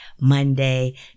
Monday